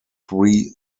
three